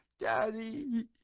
Daddy